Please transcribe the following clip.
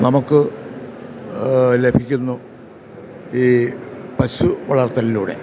നമുക്ക് ലഭിക്കുന്നു ഈ പശു വളർത്തലിലൂടെ